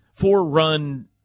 Four-run